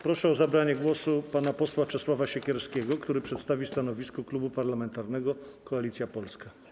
Proszę o zabranie głosu pana posła Czesława Siekierskiego, który przedstawi stanowisko Klubu Parlamentarnego Koalicja Polska.